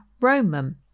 Roman